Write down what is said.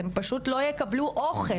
הם פשוט לא יקבלו אוכל,